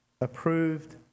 approved